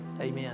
Amen